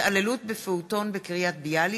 ובעקבות דיון מהיר בנושא: התעללות בפעוטון בקריית-ביאליק,